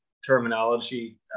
terminology